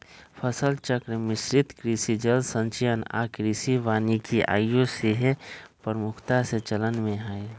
फसल चक्र, मिश्रित कृषि, जल संचयन आऽ कृषि वानिकी आइयो सेहय प्रमुखता से चलन में हइ